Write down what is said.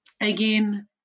again